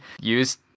use